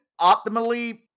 optimally